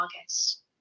august